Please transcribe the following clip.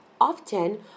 Often